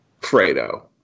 Fredo